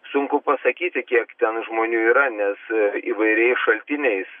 sunku pasakyti kiek ten žmonių yra nes įvairiais šaltiniais